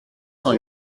cent